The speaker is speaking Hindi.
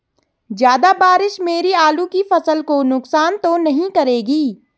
ज़्यादा बारिश मेरी आलू की फसल को नुकसान तो नहीं करेगी?